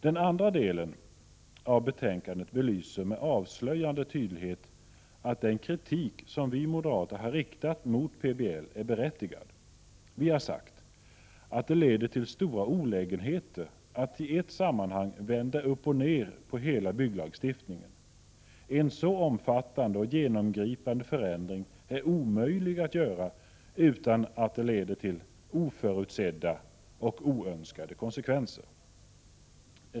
Den andra delen av betänkandet belyser med avslöjande tydlighet att den kritik som vi moderater har riktat mot PBL är berättigad. Vi har sagt att det leder till stora olägenheter att i ett sammanhang vända upp och ner på hela bygglagstiftningen. En så omfattande och genomgripande förändring är omöjlig att göra utan att det leder till oförutsedda och oönskade konsekvenser.